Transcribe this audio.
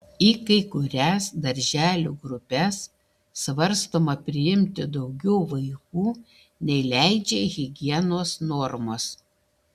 į kai kurias darželių grupes svarstoma priimti daugiau vaikų nei leidžia higienos normos